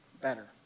better